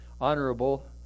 honorable